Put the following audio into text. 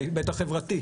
בהיבט החברתי.